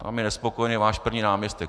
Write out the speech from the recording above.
Tam je nespokojený váš první náměstek.